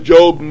Job